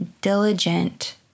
diligent